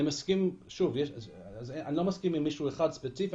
אני לא מסכים עם מישהו אחד ספציפי,